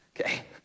Okay